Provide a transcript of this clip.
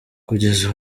kugeza